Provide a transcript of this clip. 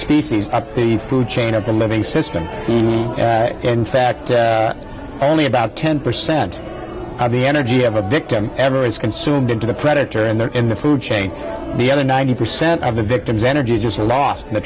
species up the food chain of the living system in fact only about ten percent of the energy of a victim ever is consumed into the predator and they're in the food chain the other ninety percent of the victims energy is just